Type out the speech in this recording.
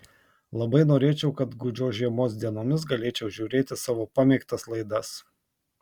labai norėčiau kad gūdžios žiemos dienomis galėčiau žiūrėti savo pamėgtas laidas